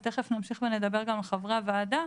ותיכף נמשיך ונדבר גם על חברי הועדה,